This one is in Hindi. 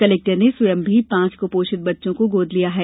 कलेक्टर ने स्वयं भी पाँच कृपोषित बच्चों को गोद लिया है